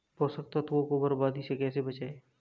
पोषक तत्वों को बर्बादी से कैसे बचाएं?